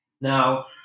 Now